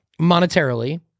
monetarily